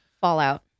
Fallout